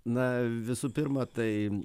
na visų pirma tai